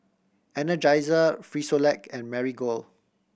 Energizer Frisolac and Marigold